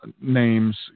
names